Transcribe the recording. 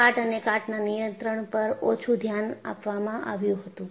કાટ અને કાટના નિયંત્રણ પર ઓછું ધ્યાન આપવામાં આવ્યું હતું